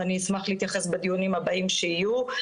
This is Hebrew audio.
ואני אשמח להתייחס לגביו בדיונים הבאים שיהיו.